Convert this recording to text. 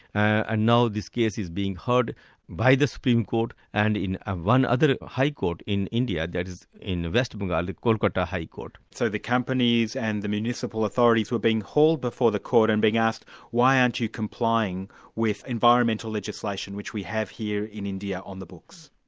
and now this case is being heard by the supreme court and in ah one other high court in india that is in west bengali, like calcutta high court. so the companies and the municipal authorities were being hauled before the court and being asked why aren't you complying with environmental legislation which we have here in india on the books?